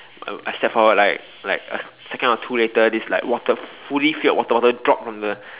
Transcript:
I I step forward like like a second or two later this like water fully filled water bottle drop from the